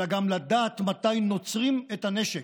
אלא גם לדעת מתי נוצרים את הנשק,